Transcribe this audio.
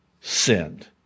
sinned